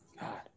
God